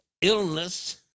illness